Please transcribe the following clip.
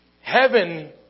Heaven